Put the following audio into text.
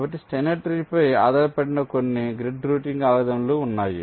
కాబట్టి స్టైనర్ ట్రీపై ఆధారపడిన కొన్ని గ్రిడ్ రౌటింగ్ అల్గోరిథంలు ఉన్నాయి